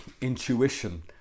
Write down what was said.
intuition